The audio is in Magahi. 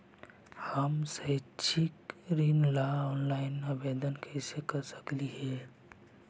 हम शैक्षिक ऋण ला ऑनलाइन आवेदन कैसे कर सकली हे?